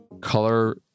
color